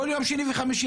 כל יום שני וחמישי,